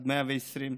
עד 120,